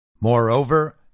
Moreover